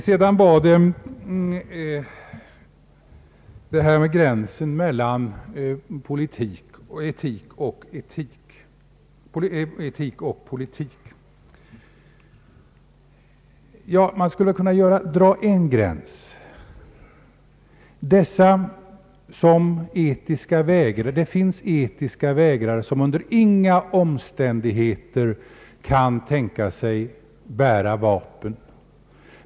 Så var det frågan om gränsen mellan etik och politik. Man skulle kanske kunna dra en gräns så här. Det finns etiska vägrare som under inga omständigheter kan tänka sig att bära vapen.